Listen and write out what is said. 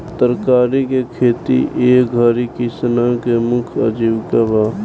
तरकारी के खेती ए घरी किसानन के मुख्य आजीविका बा